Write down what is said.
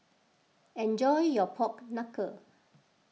enjoy your Pork Knuckle